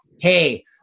hey